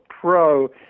Pro